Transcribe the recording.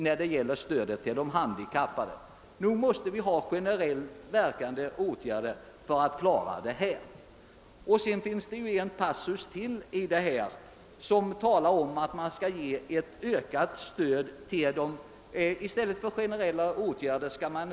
Nog måste det finnas generellt verkande åtgärder på dessa områden.